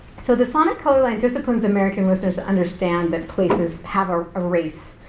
so, the sonic color line disciplines american listeners to understand that places have a race.